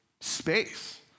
space